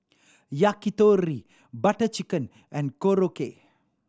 Yakitori Butter Chicken and Korokke